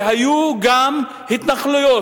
והיו גם התנחלויות.